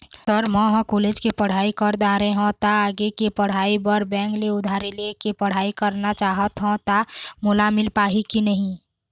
Sir म ह college के पढ़ाई कर दारें हों ता आगे के पढ़ाई बर बैंक ले उधारी ले के पढ़ाई करना चाहत हों ता मोला मील पाही की नहीं?